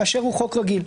באשר הוא חוק רגיל.